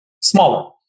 smaller